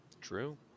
True